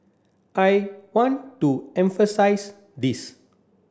I want to emphasise this